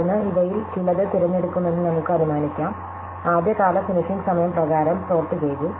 തുടർന്ന് ഇവയിൽ ചിലത് തിരഞ്ഞെടുക്കുമെന്ന് നമുക്ക് അനുമാനിക്കാം ആദ്യകാല ഫിനിഷിംഗ് സമയ ക്രമപ്രകാരം സോർട്ട് ചെയ്തു